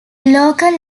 local